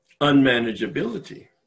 unmanageability